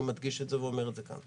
אני מדגיש את זה ואומר את זה כאן.